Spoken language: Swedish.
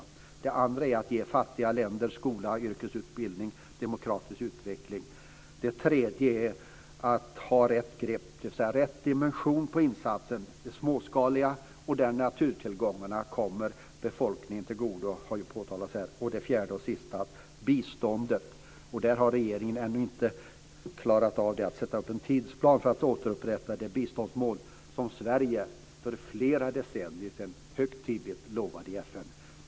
För det andra: Ge fattiga länder skola, yrkesutbildning och demokratisk utveckling. För det tredje: Ha rätt grepp, dvs. rätt dimension på insatsen. Det ska vara småskaligt, och naturtillgångarna ska komma befolkningen till godo. Detta har ju också påtalats här. För det fjärde och sista: Biståndet. Där har regeringen ännu inte klarat av att sätta upp en tidsplan för att återupprätta det biståndsmål som Sverige för flera decennier sedan högtidligt lovade i FN.